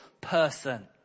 person